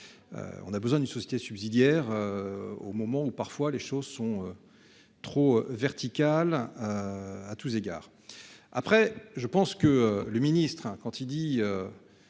On a besoin d'une société subsidiaire. Au moment où parfois les choses sont. Trop vertical. À tous égards. Après je pense que le ministre hein quand il dit.